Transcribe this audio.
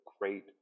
great